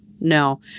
no